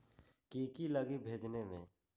की की लगी भेजने में?